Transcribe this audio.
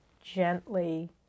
gently